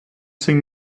sing